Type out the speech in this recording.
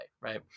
right